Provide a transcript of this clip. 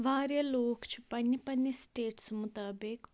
واریاہ لوٗکھ چھِ پنٛنہِ پنٛنہِ سِٹیٹسہٕ مُطٲبِق